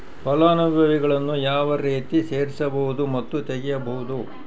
ಫಲಾನುಭವಿಗಳನ್ನು ಯಾವ ರೇತಿ ಸೇರಿಸಬಹುದು ಮತ್ತು ತೆಗೆಯಬಹುದು?